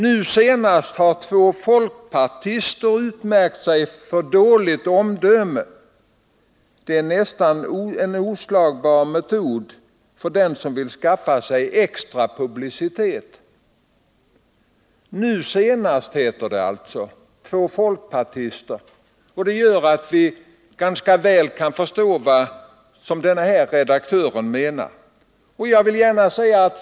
Nu senast har två folkpartister utmärkt sig för dåligt omdöme; det är en nästan oslagbar metod för den som vill skaffa sig extra publicitet.” Nu senast heter det alltså, och man kan därför ganska väl förstå vad redaktören menar.